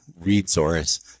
resource